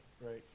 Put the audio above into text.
Right